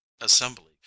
assembly